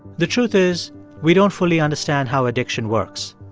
the truth is we don't fully understand how addiction works.